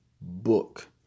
book